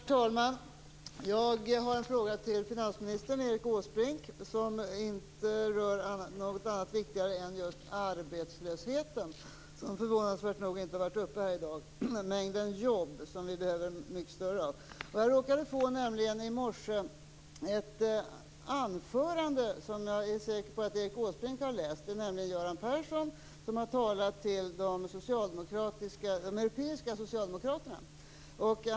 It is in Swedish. Herr talman! Jag har en fråga till finansminister Erik Åsbrink som inte rör något viktigare än arbetslösheten. Den har förvånansvärt nog inte varit uppe här i dag. Vi behöver en större mängd jobb. I morse råkade jag få ett anförande som jag är säker på att också Erik Åsbrink har läst. Det var nämligen Göran Perssons tal till de europeiska socialdemokraterna.